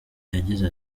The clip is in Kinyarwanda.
yagize